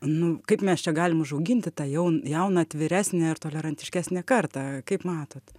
nu kaip mes čia galim užauginti tą jaun jauną atviresnę ir tolerantiškesnę kartą kaip matot